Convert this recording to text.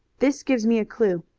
this gives me a clue.